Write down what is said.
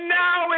now